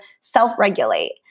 self-regulate